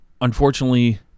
unfortunately